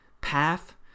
path